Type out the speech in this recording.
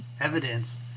evidence